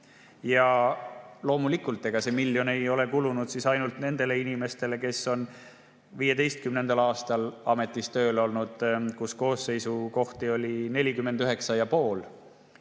Loomulikult, ega see miljon ei ole kulunud ainult nendele inimestele, kes 2015. aastal ametis tööl olid, kui koosseisukohti oli 49,5.